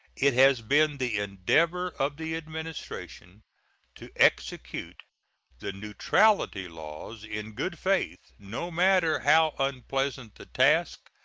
it has been the endeavor of the administration to execute the neutrality laws in good faith, no matter how unpleasant the task,